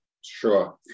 Sure